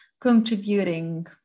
contributing